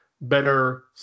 better